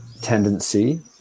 tendency